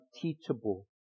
teachable